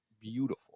beautiful